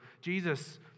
Jesus